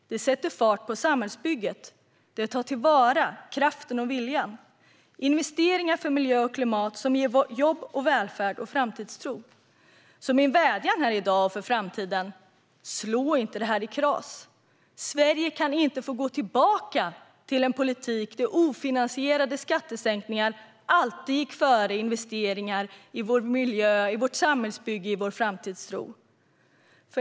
De sätter fart på samhällsbygget, och kraften och viljan tillvaratas. Investeringar för miljö och klimat ger jobb som ger välfärd och framtidstro. Så min vädjan här i dag för framtiden är: Slå inte detta i kras! Sverige kan inte få gå tillbaka till en politik där ofinansierade skattesänkningar alltid går före investeringar i vår miljö, vårt samhällsbygge och vår framtidstro.